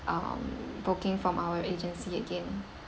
um booking from our agency again